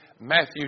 Matthew